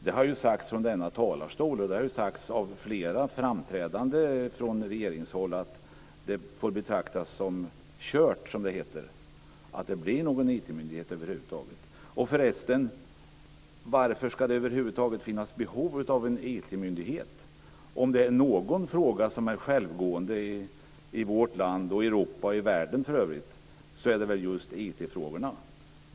Det har sagts från denna talarstol, och det har sagts av flera framträdande från regeringshåll att det får betraktas som "kört", som det heter, att det blir någon IT-myndighet över huvud taget. För resten: Varför ska det över huvud taget finnas behov av en IT-myndighet? Om det är någon fråga som är självgående i vårt land, i Europa och i världen i övrigt är det just IT-frågorna.